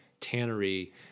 tannery